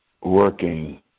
working